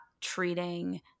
treating